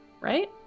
Right